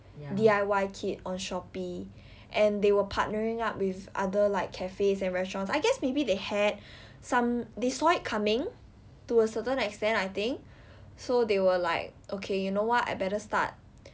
D_I_Y kit on Shopee and they were partnering up with other like cafes and restaurants I guess maybe they had some they saw it coming to a certain extent I think so they were like okay you know what I better start